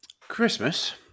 Christmas